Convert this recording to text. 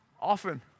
often